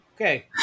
Okay